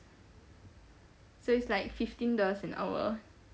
so it's like fifteen dollars an hour